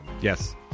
Yes